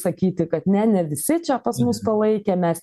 sakyti kad ne ne visi čia pas mus palaikė mes